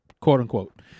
Quote-unquote